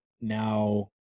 now